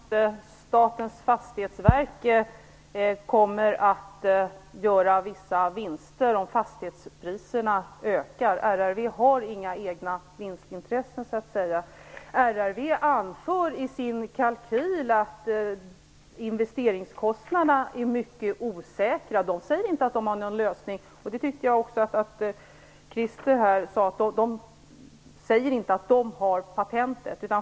Fru talman! Statens fastighetsverk kommer att göra vissa vinster om fastighetspriserna ökar. RRV har inga egna vinstintressen. RRV anför i sin kalkyl att investeringskostnaderna är mycket osäkra. Det säger inte att det har någon lösning. Christer Eirefelt säger här RRV inte säger att det har patentet.